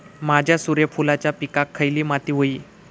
माझ्या सूर्यफुलाच्या पिकाक खयली माती व्हयी?